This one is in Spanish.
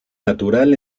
natural